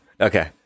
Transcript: Okay